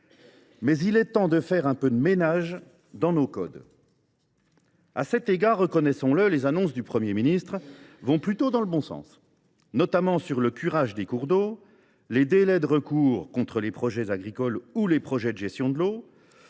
mais il est temps de faire un peu de ménage dans nos codes. À cet égard, reconnaissons le, les annonces du Premier ministre vont plutôt dans le bon sens, notamment sur le curage des cours d’eau, les délais de recours contre les projets agricoles ou les projets de gestion de l’eau